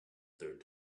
third